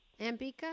Ambika